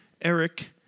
eric